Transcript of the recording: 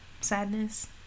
sadness